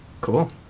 cool